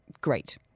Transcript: great